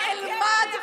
אני אלמד.